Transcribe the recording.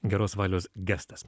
geros valios gestas